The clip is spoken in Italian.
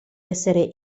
essere